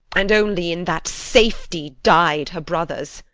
and only in that safety died her brothers.